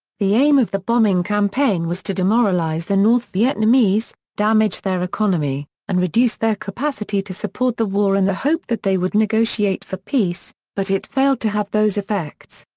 the aim of the bombing campaign was to demoralize the north vietnamese, damage their economy, and reduce their capacity to support the war in the hope that they would negotiate for peace, but it failed to have those effects.